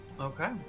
Okay